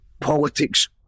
Politics